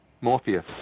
Morpheus